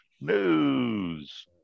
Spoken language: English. news